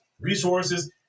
resources